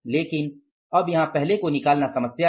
लेकिन अब यहाँ पहले को निकालना समस्या है